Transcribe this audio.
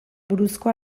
buruzko